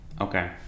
Okay